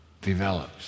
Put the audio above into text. develops